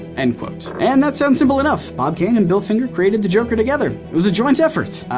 end quote. and that sounds simple enough. bob kane and bill finger created the joker together. it was a joint effort.